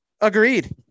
agreed